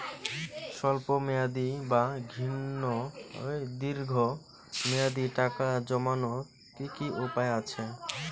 স্বল্প মেয়াদি বা দীর্ঘ মেয়াদি টাকা জমানোর কি কি উপায় আছে?